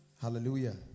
Hallelujah